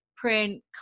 print